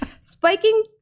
spiking